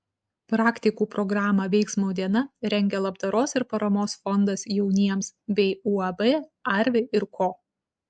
praktikų programą veiksmo diena rengia labdaros ir paramos fondas jauniems bei uab arvi ir ko